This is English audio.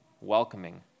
welcoming